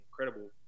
incredible